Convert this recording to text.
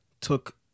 took